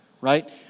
right